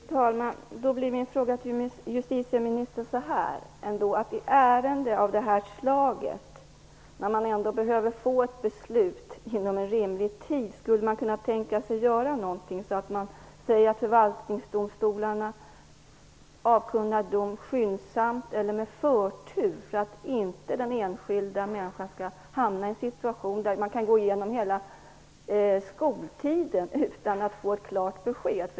Fru talman! Då blir min fråga till justitieministern i stället denna: Skulle man i ett ärende av detta slag, när man ändå behöver få ett beslut inom en rimlig tid, kunna tänka sig att göra någonting? Man skulle t.ex. kunna säga att förvaltningsdomstolarna skall avkunna dom skyndsamt eller med förtur. Detta borde göras för att inte den enskilda människan skall hamna i en situation där han eller hon kan gå igenom hela skoltiden utan att få ett klart besked.